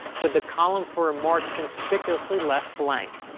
with the column for remarks conspicuously left blank.